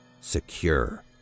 Secure